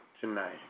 tonight